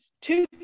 two